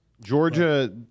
Georgia